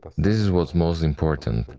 this is what's most important,